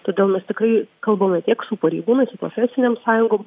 todėl mes tikrai kalbame tiek su pareigūnais su profesinėm sąjungom